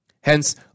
Hence